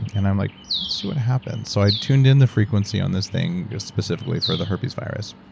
and i'm like, let's see what happens. so i tuned in the frequency on this thing, specifically, for the herpes virus,